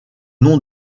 nom